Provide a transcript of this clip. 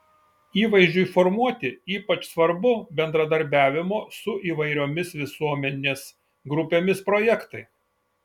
įvaizdžiui formuoti ypač svarbu bendradarbiavimo su įvairiomis visuomenės grupėmis projektai